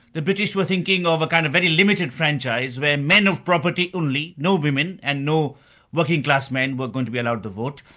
the british were thinking of a kind of very limited franchise where men of property only, no women, and no working-class men were going to be allowed to vote,